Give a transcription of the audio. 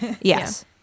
yes